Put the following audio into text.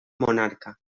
monarca